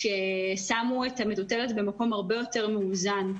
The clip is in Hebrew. ששמו את המטוטלת במקום הרבה יותר מאוזן.